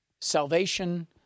Salvation